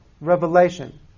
revelation